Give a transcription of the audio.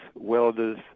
welders